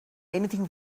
anything